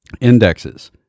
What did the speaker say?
indexes